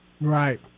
Right